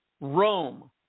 rome